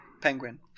penguin